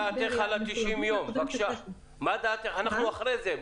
אנחנו אחרי זה.